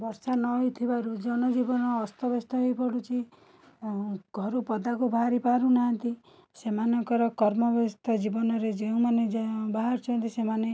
ବର୍ଷା ନ ହେଇଥିବାରୁ ଜନଜୀବନ ଅସ୍ତବ୍ୟସ୍ତ ହେଇପଡ଼ୁଛି ଆଉ ଘରୁ ପଦାକୁ ବାହାରି ପାରୁ ନାହାଁନ୍ତି ସେମାନଙ୍କର କର୍ମବ୍ୟସ୍ତ ଜୀବନରେ ଯେଉଁମାନେ ଯାହା ବାହାରୁଛନ୍ତି ସେମାନେ